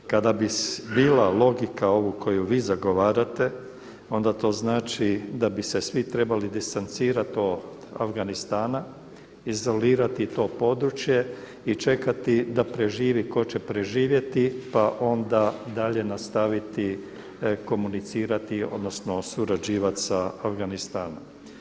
Kada bi bila logika ovu koju vi zagovarate onda to znači da bi se svi trebali distancirati od Afganistana, izolirati to područje i čekati da preživi ko preživi pa onda dalje nastaviti komunicirati odnosno surađivati sa Afganistanom.